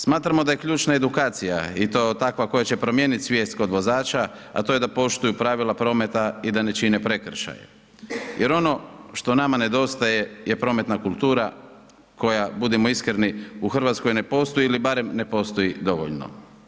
Smatramo da je ključna edukacija i to takva koja će promijeniti svijest kod vozača a to je da poštuju pravila prometa i da ne čine prekršaje jer ono što nama nedostaje je prometna kultura koja budimo iskreni u Hrvatskoj ne postoji ili barem ne postoji dovoljno.